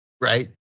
right